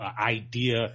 idea